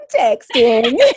texting